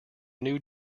new